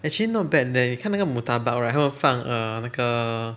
actually not bad leh 你看那个 murtabak right 他们放 err 那个